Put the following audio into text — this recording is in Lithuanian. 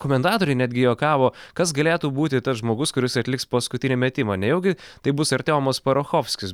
komentatoriai netgi juokavo kas galėtų būti tas žmogus kuris atliks paskutinį metimą nejaugi tai bus artiomas parachofskis